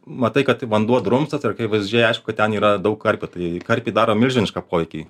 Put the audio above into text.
matai kad tai vanduo drumstas ir kai pasižiūri aišku kad ten yra daug karpių tai karpiai daro milžinišką poveikį